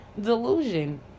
delusion